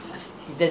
for you